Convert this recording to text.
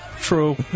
True